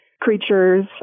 Creatures